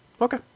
Okay